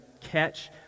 catch